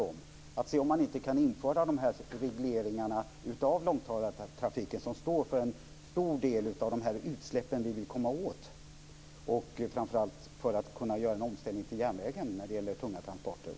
Man kan se om man inte kan införa dessa regleringar av långtadartrafiken, som står för en stor del av de utsläpp vi vill komma åt, för att kunna göra en omställning till järnvägen när det gäller tunga transporter.